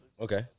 Okay